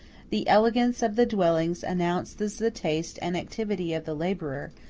the elegance of the dwellings announces the taste and activity of the laborer,